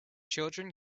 children